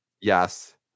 Yes